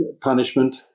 Punishment